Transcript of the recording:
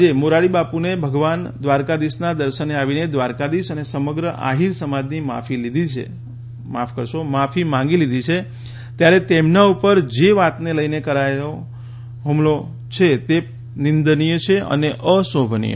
જ્યારે મોરારીબાપુને ભગવાન દ્વારકાધીશના દર્શને આવીને દ્વારકાધીશ અને સમગ્ર આહિર સમાજની માફી માંગી લીધી છે ત્યારે તેમના ઉપર જે વાતને લઈને કરાયેલો હ્મલાનો પ્રયાસ નીંદનીય છે અને અશોભનીય છે